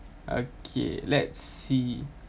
okay let's see